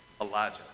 Elijah